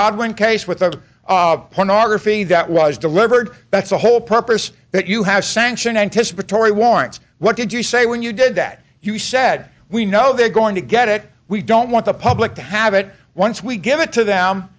godwin case with of pornography that was delivered that's the whole purpose that you have sanctioned anticipatory warrants what did you say when you did that you said we know they're going to get it we don't want the public to have it once we give it to them